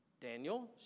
Daniel